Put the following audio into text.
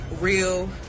real